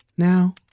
Now